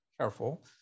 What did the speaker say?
careful